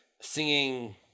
singing